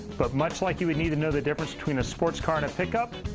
but much like you would need to know the difference between a sports car and a pick up,